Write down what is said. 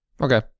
okay